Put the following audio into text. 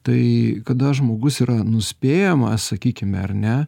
tai kada žmogus yra nuspėjamas sakykime ar ne